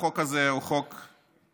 החוק הזה הוא חוק חשוב,